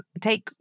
take